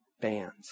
bands